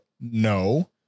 no